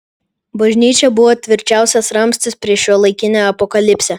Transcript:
bažnyčia buvo tvirčiausias ramstis prieš šiuolaikinę apokalipsę